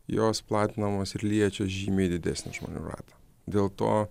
jos platinamos ir liečia žymiai didesnį žmonių ratą dėl to